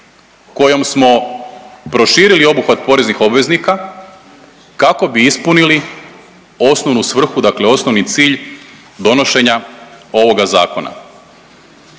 kojom smo proširili obuhvat poreznih obveznika kako bi ispunili osnovu svrhu, dakle osnovni cilj donošenja ovoga zakona.